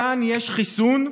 כאן יש חיסון.